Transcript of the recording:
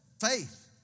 faith